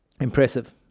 Impressive